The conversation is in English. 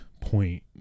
point